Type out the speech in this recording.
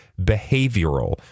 behavioral